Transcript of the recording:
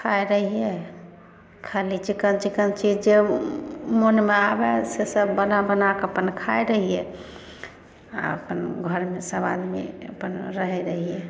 खाइ रहियै खाली चिकन चिकन चीज जे मनमे आबे से सब बना बना कऽ अपन खाइ रहियै आ अपन घरमे सब आदमी अपन रहै रहियै